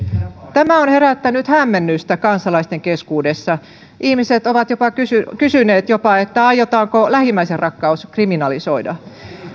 tämä on herättänyt hämmennystä kansalaisten keskuudessa ihmiset ovat kysyneet jopa aiotaanko lähimmäisenrakkaus kriminalisoida